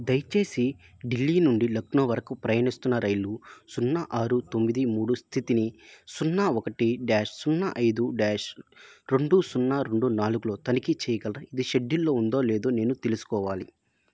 దయచేసి ఢిల్లీ నుండి లక్నో వరకు ప్రయాణిస్తున్న రైలు సున్నా ఆరు తొమ్మిది మూడు స్థితిని సున్నా ఒకటి డ్యాష్ సున్నా ఐదు డ్యాష్ రెండు సున్నా రెండు నాలుగులో తనిఖీ చేయగలరా అది షెడ్యూల్లో ఉందో లేదో నేను తెలుసుకోవాలి